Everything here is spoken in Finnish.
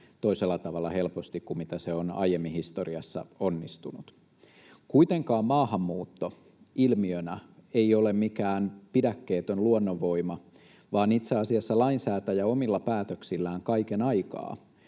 toisella tavalla helposti kuin se on aiemmin historiassa onnistunut. Kuitenkaan maahanmuutto ilmiönä ei ole mikään pidäkkeetön luonnonvoima, vaan itse asiassa lainsäätäjä omilla päätöksillään kaiken aikaa